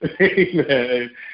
Amen